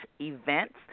events